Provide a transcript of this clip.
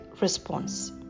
response